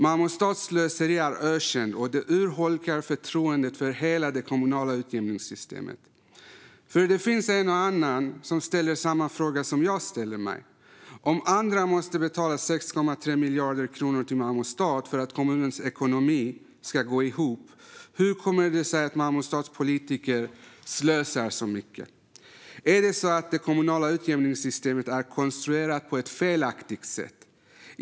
Malmö stads slöseri är ökänt och urholkar förtroendet för hela det kommunala utjämningssystemet. För det finns en och annan som ställer sig samma fråga som jag ställer mig: Om andra måste betala 6,3 miljarder kronor till Malmö stad för att kommunens ekonomi ska gå ihop, hur kommer det sig att Malmö stads politiker slösar så mycket? Är det så att det kommunala utjämningssystemet är konstruerat på ett felaktigt sätt?